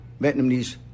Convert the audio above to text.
Vietnamese